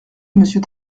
monsieur